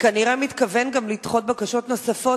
וכנראה מתכוון לדחות בקשות נוספות,